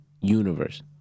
universe